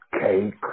cake